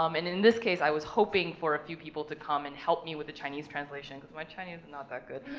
um and in this case, i was hoping for a few people to come and help me with the chinese translation, cause my chinese is and not that good.